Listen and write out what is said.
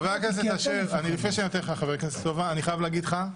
חבר הכנסת אשר, אני חייב להגיד לך,